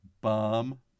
Bomb